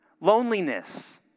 Loneliness